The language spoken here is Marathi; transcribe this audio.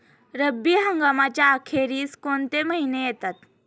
रब्बी हंगामाच्या अखेरीस कोणते महिने येतात?